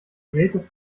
creative